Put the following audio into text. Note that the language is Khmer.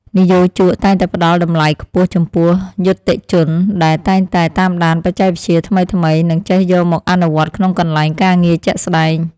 និយោជកតែងតែផ្តល់តម្លៃខ្ពស់ចំពោះយុត្តិជនដែលតែងតែតាមដានបច្ចេកវិទ្យាថ្មីៗ និងចេះយកមកអនុវត្តក្នុងកន្លែងការងារជាក់ស្តែង។